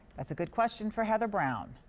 that's a good question for heather brown.